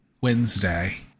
Wednesday